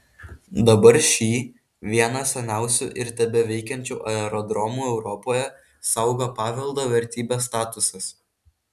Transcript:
dabar šį vieną seniausių ir tebeveikiančių aerodromų europoje saugo paveldo vertybės statusas